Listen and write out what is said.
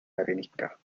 arenisca